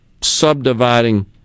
subdividing